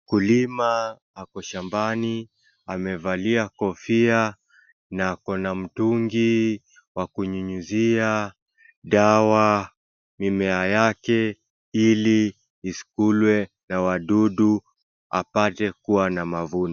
Mkulima ako shambani, amevalia kofia na akona mtungi wa kunyunyuzia dawa mimea yake ili isikulwe na wadudu apate kuwa na mavuno.